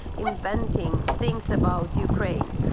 inventing things about ukraine.